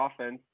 offense